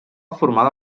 formada